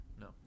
No